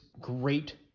great